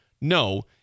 No